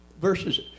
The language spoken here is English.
verses